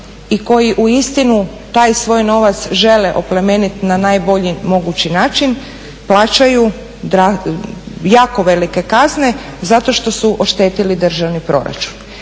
i koji uistinu taj svoj novac žele oplemeniti na najbolji mogući način plaćaju jako velike kazne zato što su oštetili državni proračun.